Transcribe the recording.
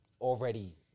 already